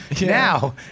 Now